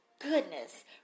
goodness